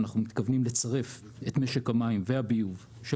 אנחנו מתכוונים לצרף את משק המים והביוב של